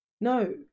No